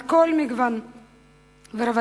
על כל מגוון רבדיה.